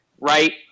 right